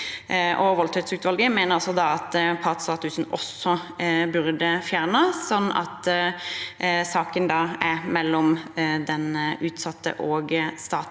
Voldtektsutvalget mener da at den partsstatusen også burde fjernes, slik at saken er mellom den utsatte og staten,